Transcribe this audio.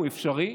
הוא אפשרי,